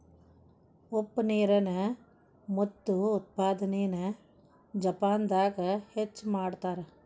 ಉಪ್ಪ ನೇರಿನ ಮುತ್ತು ಉತ್ಪಾದನೆನ ಜಪಾನದಾಗ ಹೆಚ್ಚ ಮಾಡತಾರ